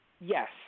yes